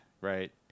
right